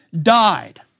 died